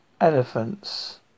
elephants